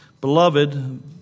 Beloved